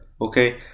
okay